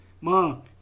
Mom